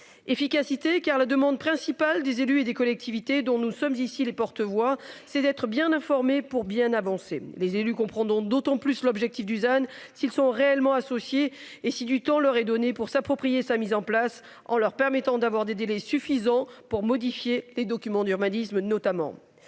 efficacité car la demande principale des élus et des collectivités dont nous sommes ici les porte-voix c'est d'être bien informé pour bien avancer les élus comprendront d'autant plus l'objectif Dusan s'ils sont réellement associés et si du temps leur est donnée pour s'approprier sa mise en place en leur permettant d'avoir des délais suffisants pour modifier les documents d'urbanisme, notamment